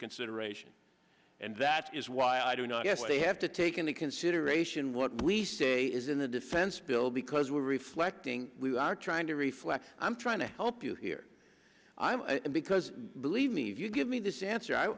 consideration and that is why i do not yes they have to take into consideration what we say is in the defense bill because we're reflecting we are trying to reflect i'm trying to help you here because believe me if you give me this answer i